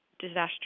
disaster